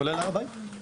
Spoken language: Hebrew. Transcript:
כולל בהר הבית?